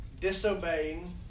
disobeying